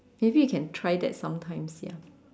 maybe you can try that sometimes ya